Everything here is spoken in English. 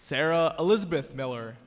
sarah elizabeth miller